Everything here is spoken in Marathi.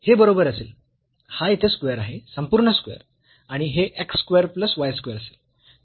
तर हे बरोबर असेल हा येथे स्क्वेअर आहे संपूर्ण स्क्वेअर आणि हे x square plus y square असेल